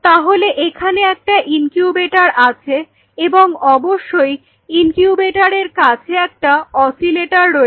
তাহলে এখানে একটা ইনকিউবেটর আছে এবং অবশ্যই ইনকিউবেটরের কাছে একটা অসিলেটর রয়েছে